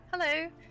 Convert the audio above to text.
hello